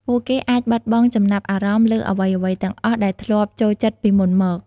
ពួកគេអាចបាត់បង់ចំណាប់អារម្មណ៍លើអ្វីៗទាំងអស់ ដែលធ្លាប់ចូលចិត្តពីមុនមក។